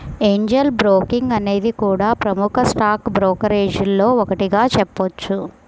Angel Broking అనేది కూడా ప్రముఖ స్టాక్ బ్రోకరేజీల్లో ఒకటిగా చెప్పొచ్చు